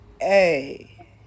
hey